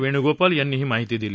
वेणुगोपाल यांनी ही माहिती दिली